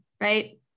right